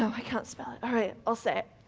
so i can't spell it. alright, i'll say it,